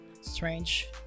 strange